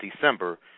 December